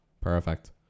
Perfect